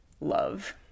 love